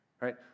right